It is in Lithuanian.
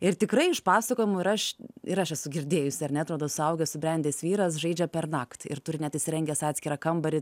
ir tikrai iš pasakojimų ir aš ir aš esu girdėjusi ar ne atrodo suaugęs subrendęs vyras žaidžia pernakt ir turi net įsirengęs atskirą kambarį